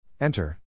Enter